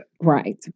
Right